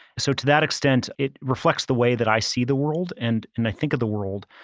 so to that extent it reflects the way that i see the world and and i think of the world.